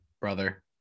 brother